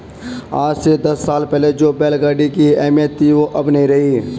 आज से दस साल पहले जो बैल गाड़ी की अहमियत थी वो अब नही रही